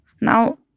Now